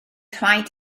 rhaid